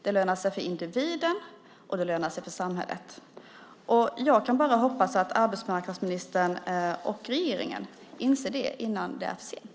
Den lönar sig för individen, och den lönar sig för samhället. Jag kan bara hoppas att arbetsmarknadsministern och regeringen inser det innan det är för sent.